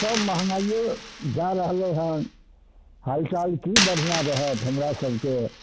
सभ महँगाइए जा रहलै हन हालचाल की बढ़िआँ रहत हमरा सभके